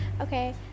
okay